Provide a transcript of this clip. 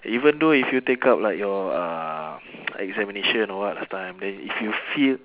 even though if you take up like your uh examination or what last time then if you feel